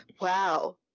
Wow